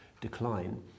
decline